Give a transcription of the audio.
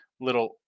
little